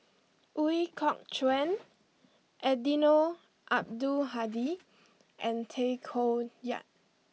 Ooi Kok Chuen Eddino Abdul Hadi and Tay Koh Yat